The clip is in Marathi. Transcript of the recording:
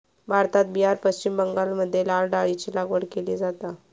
भारतात बिहार, पश्चिम बंगालमध्ये लाल डाळीची लागवड केली जाता